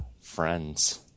friends